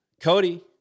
Cody